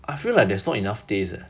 I feel like there's not enough taste eh